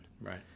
Right